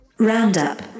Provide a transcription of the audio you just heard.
Roundup